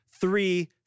three